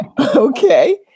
Okay